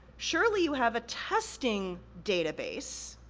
surely you have a testing database.